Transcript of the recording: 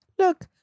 Look